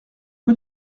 rue